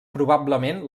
probablement